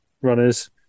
runners